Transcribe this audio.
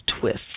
twist